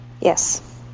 Yes